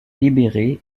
libérer